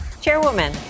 Chairwoman